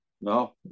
No